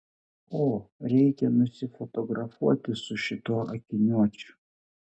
o reikia nusifotografuoti su šituo akiniuočiu